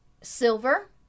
silver